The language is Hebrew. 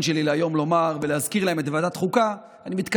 הציבור לא ישכח את זה, ובכל מקום שאנו מגיעים